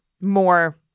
more